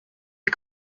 est